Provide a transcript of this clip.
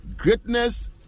Greatness